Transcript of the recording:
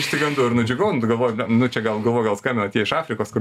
išsigandau ir nudžiugau nu tai galvoju nu čia gal galvoju gal skambina tie iš afrikos kur